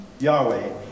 Yahweh